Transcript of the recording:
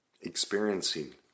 experiencing